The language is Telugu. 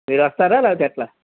మీరోస్తారా లేకపోతే ఎలా